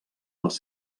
les